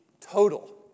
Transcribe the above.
total